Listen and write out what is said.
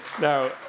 Now